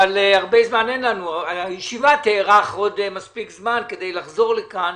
הרבה זמן אין לנו אבל הישיבה תארך עוד מספיק זמן כדי לחזור לכאן,